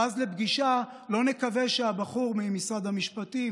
ואז לא נקווה שהבחור ממשרד המשפטים,